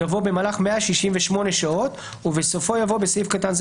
יבוא "במהלך 168 שעות" ובסופו יבוא ("בסעיף קטן זה